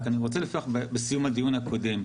אני רוצה לפתוח בסיום הדיון הקודם,